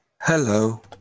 Hello